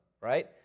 right